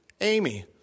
Amy